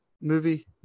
movie